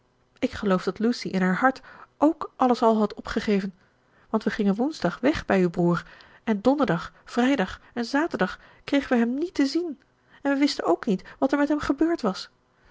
ik geloof dat lucy in haar hart ook alles al had opgegeven want we gingen woensdag weg bij uw broer en donderdag vrijdag en zaterdag kregen we hem niet te zien en we wisten ook niet wat er met hem gebeurd was